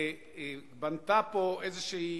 היא בנתה פה איזושהי